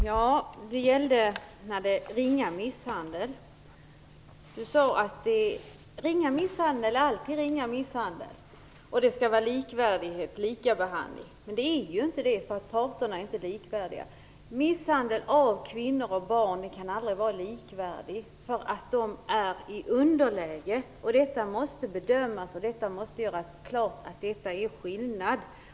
Herr talman! Lars-Erik Lövdén sade att ringa misshandel alltid är ringa misshandel och att det skall vara lika behandling. Men det är inte samma sak, därför att parterna är inte likvärdiga. Misshandel av kvinnor och barn kan aldrig vara likvärdig med annan misshandel, därför att de är i underläge. Detta måste bedömas, och det måste göras klart att det är en skillnad.